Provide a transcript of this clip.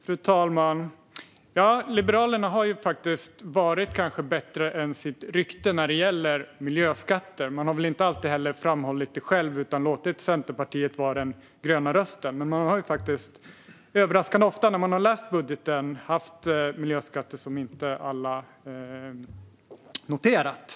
Fru talman! Liberalerna har ju kanske varit bättre än sitt rykte när det gäller miljöskatter. De har heller inte alltid framhållit det själva utan låtit Centerpartiet vara den gröna rösten, men överraskande ofta ser vi i budgeten att de har haft miljöskatter som alla inte har noterat.